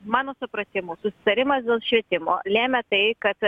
mano supratimu susitarimas dėl švietimo lėmė tai kad